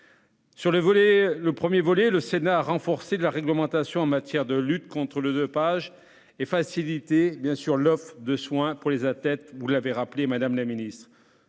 Sur le premier volet, le Sénat a renforcé la réglementation en matière de lutte contre le dopage et facilité l'offre de soins pour les athlètes. Sur le second, relatif